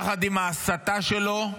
יחד עם ההסתה שלו,